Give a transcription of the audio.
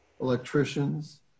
electricians